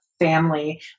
family